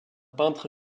peintre